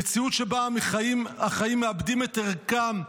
במציאות שבה החיים מאבדים את ערכם,